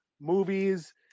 movies